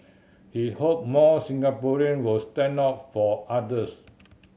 he hope more Singaporean will stand up for others